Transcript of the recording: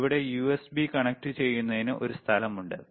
ചുവടെ യുഎസ്ബി കണക്റ്റുചെയ്യുന്നതിന് ഒരു സ്ഥലമുണ്ട്